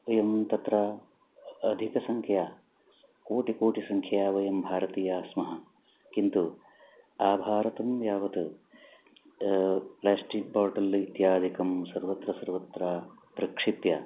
वयं तत्र अधिकसङ्ख्या कोटिकोटिसङ्ख्याः वयं भारतीयाः स्मः किन्तु आभारतं यावत् प्लास्टिक् बाटल् इत्यादिकं सर्वत्र सर्वत्र प्रक्षिप्य